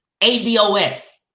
ADOS